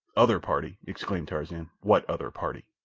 other party! exclaimed tarzan. what other party?